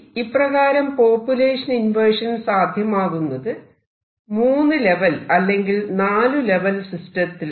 ഇപ്രകാരം population inversion സാധ്യമാകുന്നത് 3 level അല്ലെങ്കിൽ 4 ലെവൽ സിസ്റ്റത്തിലാണ്